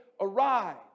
arrive